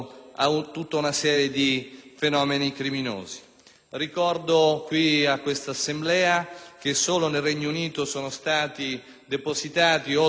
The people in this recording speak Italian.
Ricordo a questa Assemblea che solo nel Regno Unito sono stati depositati oltre 2.500.000 profili del DNA,